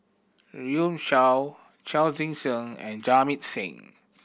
Runme Shaw Chao Tzee Cheng and Jamit Singh